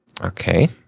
Okay